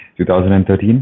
2013